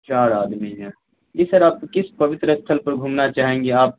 چار آدمی ہیں جی سر آپ کس پوتر استھل پر گھومنا چائیں گے آپ